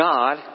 God